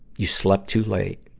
you slept too late.